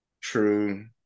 True